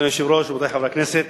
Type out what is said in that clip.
אדוני היושב-ראש, רבותי חברי הכנסת,